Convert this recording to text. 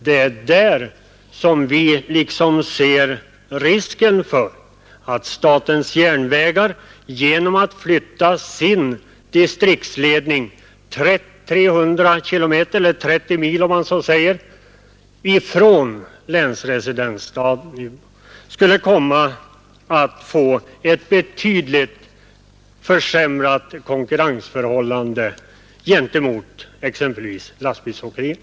Risken är, som vi ser det, att statens järnvägar genom att flytta sin distriktsledning 300 km ifrån länsresidensstaden Umeå får ett betydligt försämrat konkurrensläge gentemot exempelvis lastbilsåkerierna.